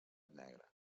negra